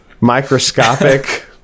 Microscopic